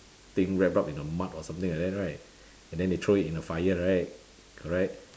thing wrapped up in the mud or something like that right and then they throw it in the fire right correct